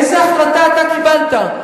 איזה החלטה אתה קיבלת?